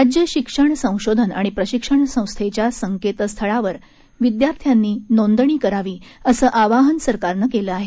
राज्य शिक्षण संशोधन आणि प्रशिक्षण संस्थेच्या संकेतस्थळावर विद्यार्थ्यांनी नोंदणी करावी असं आवाहन सरकारनं केलं आहे